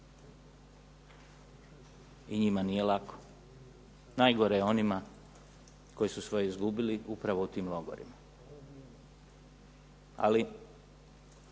Ni njima nije lako. Najgore je onima koji su svoje izgubili upravo u tim logorima. Ali